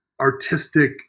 artistic